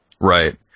Right